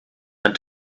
and